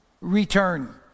Return